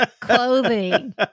clothing